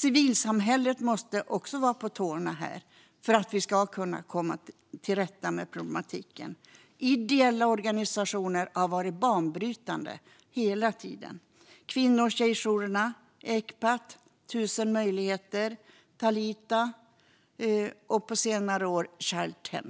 Civilsamhället måste också vara på tårna för att vi ska kunna komma till rätta med problematiken. Ideella organisationer har hela tiden varit banbrytande. Kvinno och tjejjourerna, Ecpat, 1000 Möjligheter, Talita och på senare år Child 10